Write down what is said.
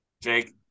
Jake